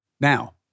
Now